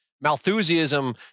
Malthusianism